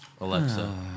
Alexa